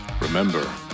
Remember